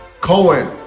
Cohen